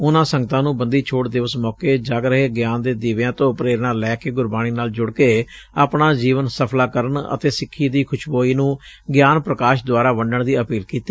ਉਨੂਾਂ ਸੰਗਤਾਂ ਨੂੰ ਬੰਦੀ ਛੋੜ ਦਿਵਸ ਮੌਕੇ ਜਗ ਰਹੇ ਗਿਆਨ ਦੇ ਦੀਵਿਆਂ ਤੋਂ ਪ੍ਰੇਰਨਾ ਲੈਂ ਕੇ ਗੁਰਬਾਣੀ ਨਾਲ ਜੁੜ ਕੇ ਆਪਣਾ ਜੀਵਨ ਸਫਲਾ ਕਰਨ ਅਤੇ ਸਿੱਖੀ ਦੀ ਖੁਸ਼ਬੋਈ ਨੂੰ ਗਿਆਨ ਪ੍ਕਾਸ਼ ਦੁਆਰਾਂ ਵੰਡਣ ਦੀ ਅਪੀਲ ਕੀਤੀ